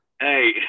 Hey